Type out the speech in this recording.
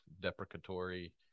deprecatory